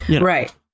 Right